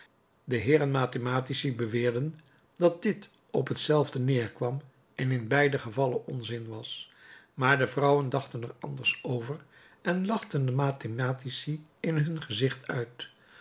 de heeren mathematici beweerden dat dit op hetzelfde neêrkwam en in beide gevallen onzin was maar de vrouwen dachten er anders over en lachten de mathematici in hun gezicht uit